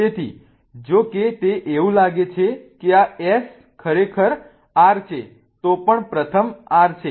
તેથી જો કે તે એવું લાગે છે કે આ S ખરેખર R છે તો પણ પ્રથમ R છે